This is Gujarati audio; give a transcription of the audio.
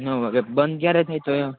નવ વાગે બંધ ક્યારે થાય તો એ